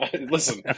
listen